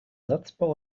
satzbau